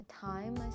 time